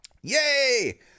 Yay